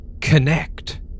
connect